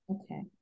okay